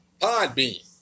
Podbean